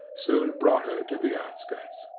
soon brought her to the outskirts.